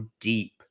deep